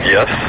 Yes